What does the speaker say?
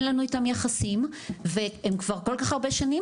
אין לנו איתם יחסים והם כבר כל כך הרבה שנים